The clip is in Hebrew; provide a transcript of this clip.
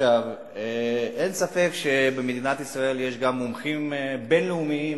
אין ספק שבמדינת ישראל יש גם מומחים בין-לאומיים